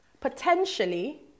Potentially